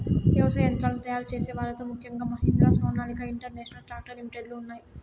వ్యవసాయ యంత్రాలను తయారు చేసే వాళ్ళ లో ముఖ్యంగా Mahindra, Sonalika international tractor limited లు ఉన్నాయి